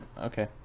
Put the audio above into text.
Okay